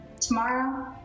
Tomorrow